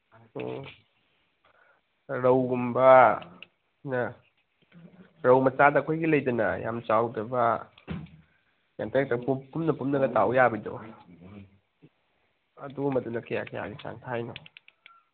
ꯎꯝ ꯔꯧꯒꯨꯝꯕꯅ ꯔꯧ ꯃꯆꯥꯗ ꯑꯩꯈꯣꯏꯒꯤ ꯂꯩꯗꯅ ꯌꯥꯝ ꯆꯥꯎꯗꯕ ꯄꯨꯝꯅ ꯄꯨꯝꯅꯒ ꯇꯥꯎ ꯌꯥꯕꯤꯗꯣ ꯑꯗꯨꯒꯨꯝꯕꯗꯨꯅ ꯀꯌꯥ ꯀꯌꯥꯒꯤ ꯆꯥꯡ ꯊꯥꯔꯤꯅꯣ